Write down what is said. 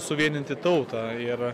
suvieninti tautą ir